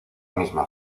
misma